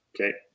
Okay